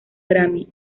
grammy